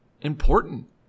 important